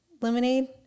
lemonade